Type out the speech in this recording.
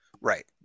right